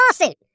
lawsuit